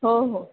हो हो